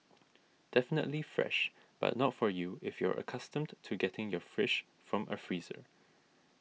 definitely fresh but not for you if you're accustomed to getting your fish from a freezer